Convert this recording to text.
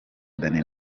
danny